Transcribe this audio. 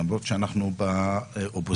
למרות שאנחנו באופוזיציה.